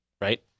right